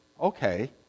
okay